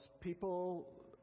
people